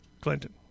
Clinton